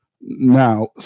Now